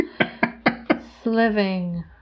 Sliving